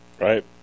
Right